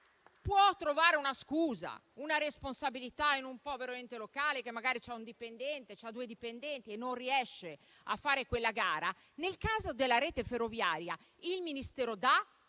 può trovare una scusa, una responsabilità in un povero ente locale che magari ha un solo dipendente o due dipendenti e non riesce a fare quella gara, nel caso della rete ferroviaria il Ministero dà,